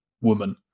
woman